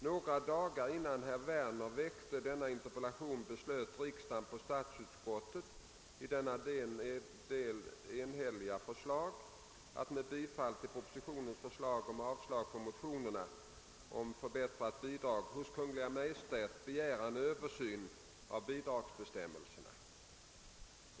Några dagar innan herr Werner väckte denna interpellation beslöt riksdagen på statsutskottets i denna del enhälliga förslag att — med bifall till propositionens förslag och med avslag på motionerna om förbättrade bidrag — hos Kungl. Maj:t begära en översyn av bidragsbestämmelserna.